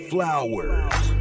Flowers